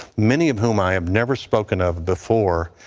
many of whom i have never spoken of before.